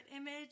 image